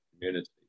community